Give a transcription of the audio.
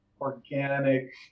organic